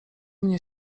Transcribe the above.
mnie